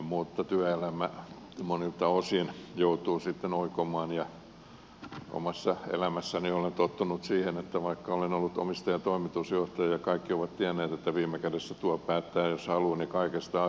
mutta työelämä monilta osin joutuu sitten oikomaan ja omassa elämässäni olen tottunut siihen ja oman talouteni kannalta havainnut paremmaksi sen että vaikka olen ollut omistaja ja toimitusjohtaja ja kaikki ovat tienneet että viime kädessä tuo päättää jos haluaa kaikista